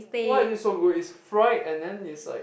why is it so good it's fried and then it's like